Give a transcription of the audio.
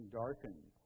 darkened